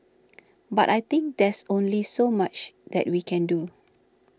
but I think there's only so much that we can do